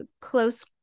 close